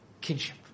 kinship